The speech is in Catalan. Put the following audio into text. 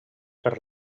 per